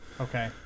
Okay